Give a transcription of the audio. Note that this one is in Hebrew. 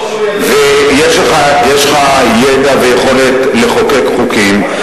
ויש לך הידע והיכולת לחוקק חוקים.